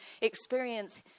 experience